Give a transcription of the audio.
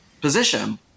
position